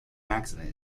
accident